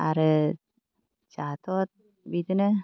आरो जोंहाथ' बिदिनो